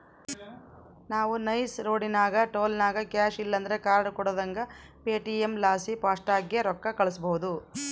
ನಾವು ನೈಸ್ ರೋಡಿನಾಗ ಟೋಲ್ನಾಗ ಕ್ಯಾಶ್ ಇಲ್ಲಂದ್ರ ಕಾರ್ಡ್ ಕೊಡುದಂಗ ಪೇಟಿಎಂ ಲಾಸಿ ಫಾಸ್ಟಾಗ್ಗೆ ರೊಕ್ಕ ಕಳ್ಸ್ಬಹುದು